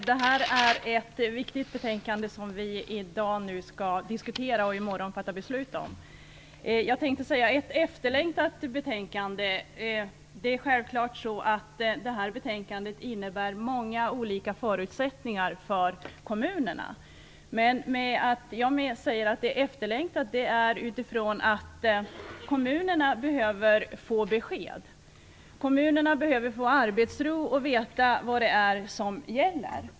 Fru talman! Det betänkande vi i dag diskuterar, och i morgon skall fatta beslut om, är viktigt och efterlängtat. Det är självfallet så att betänkandet innebär olika förutsättningar för olika kommuner. Att jag säger att det är efterlängtat, är för att kommunerna behöver få besked. Kommunerna behöver få arbetsro och de behöver veta vad som gäller.